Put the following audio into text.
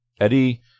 Eddie